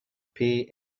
pay